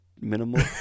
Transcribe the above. minimal